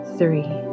three